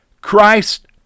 Christ